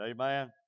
Amen